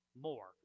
More